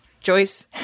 Joyce